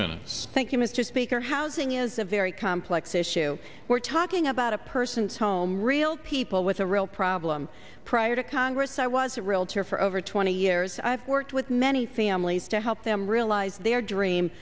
you mr speaker housing is a very complex issue we're talking about a person's home real people with a real problem prior to congress i was a realtor for over twenty years i've worked with many families to help them realize their dream